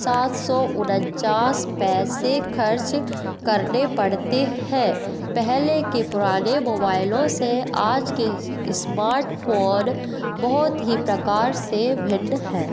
सात सौ उनचास पैसे खर्च करने पड़ते हैं पहले के पुराने मोबाइलों से आज के स्मार्टफ़ोन बहुत ही प्रकार से भिन्न है